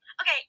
Okay